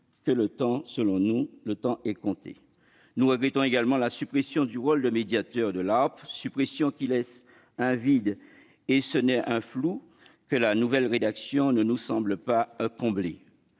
nous, le temps est compté. Nous regrettons également la suppression du rôle de médiateur de l'ARPE, suppression qui laisse un vide, si ce n'est un flou, que la nouvelle rédaction ne nous semble pas combler.